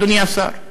אדוני השר.